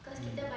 mm